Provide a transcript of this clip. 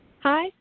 Hi